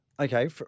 Okay